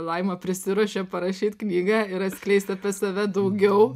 laima prisiruošė parašyt knygą ir atskleist apie save daugiau